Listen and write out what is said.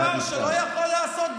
אבל אתה משקר